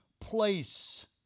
place